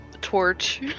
torch